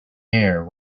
air